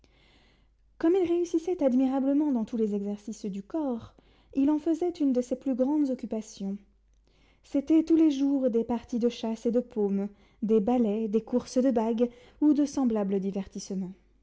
comme il réussissait admirablement dans tous les exercices du corps il en faisait une de ses plus grandes occupations c'étaient tous les jours des parties de chasse et de paume des ballets des courses de bagues ou de semblables divertissements